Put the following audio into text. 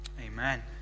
amen